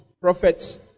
prophets